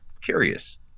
curious